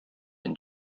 and